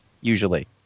usually